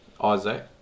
Isaac